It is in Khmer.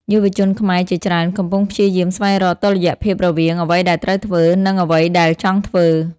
យុវជនខ្មែរជាច្រើនកំពុងព្យាយាមស្វែងរកតុល្យភាពរវាង "អ្វីដែលត្រូវធ្វើ" និង "អ្វីដែលចង់ធ្វើ"។